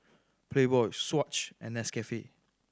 Playboy Swatch and Nescafe